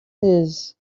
his